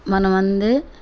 మనం అందరం